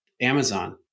Amazon